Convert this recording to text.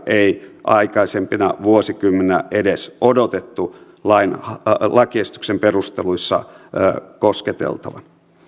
ei aikaisempina vuosikymmeninä edes odotettu lakiesityksen perusteluissa kosketeltavan